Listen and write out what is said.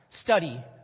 Study